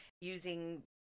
using